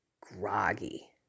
groggy